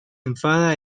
enfada